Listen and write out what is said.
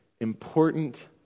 important